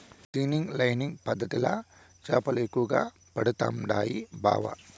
seining lining పద్ధతిల చేపలు ఎక్కువగా పడుతండాయి బావ